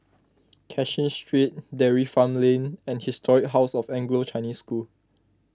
Cashin Street Dairy Farm Lane and Historic House of Anglo Chinese School